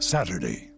Saturday